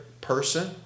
person